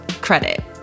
credit